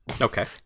Okay